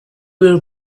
were